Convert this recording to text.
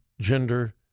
gender